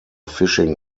fishing